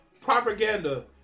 propaganda